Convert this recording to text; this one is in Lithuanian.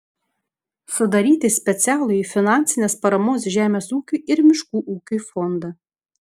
sudaryti specialųjį finansinės paramos žemės ūkiui ir miškų ūkiui fondą